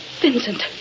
Vincent